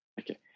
okay